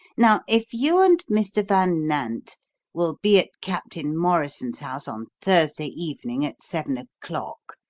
now if you and mr. van nant will be at captain morrison's house on thursday evening at seven o'clock,